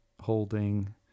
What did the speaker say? holding